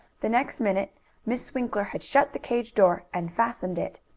the next minute miss winkler had shut the cage door and fastened it.